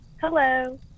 Hello